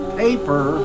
paper